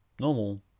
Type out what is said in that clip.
normal